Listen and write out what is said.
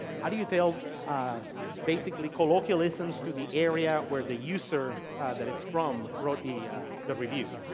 how do you tell basically colloquialisms to the area where the user that it's from wrote the the review?